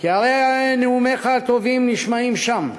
כי הרי נאומיך הטובים נשמעים שם.